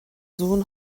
sohn